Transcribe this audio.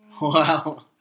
Wow